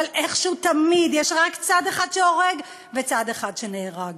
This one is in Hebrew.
אבל איכשהו תמיד יש רק צד אחד שהורג וצד אחד שנהרג.